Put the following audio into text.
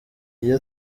iyo